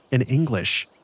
in english.